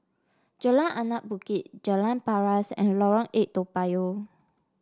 Jalan Anak Bukit Jalan Paras and Lorong Eight Toa Payoh